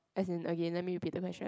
as in okay let me repeat the question